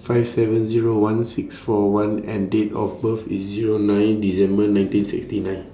five seven Zero one six four one and Date of birth IS Zero nine December nineteen sixty nine